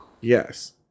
Yes